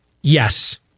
Yes